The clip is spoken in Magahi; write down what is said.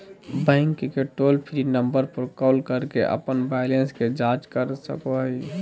बैंक के टोल फ्री नंबर पर कॉल करके अपन बैलेंस के जांच कर सको हइ